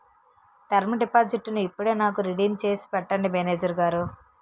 term డిపాజిట్టును ఇప్పుడే నాకు రిడీమ్ చేసి పెట్టండి మేనేజరు గారు